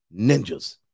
ninjas